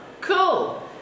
cool